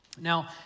Now